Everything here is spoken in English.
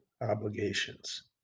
obligations